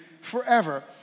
forever